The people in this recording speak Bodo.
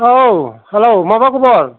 औ हेलौ माबा खबर